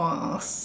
!wah!